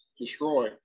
destroy